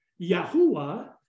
Yahuwah